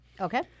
Okay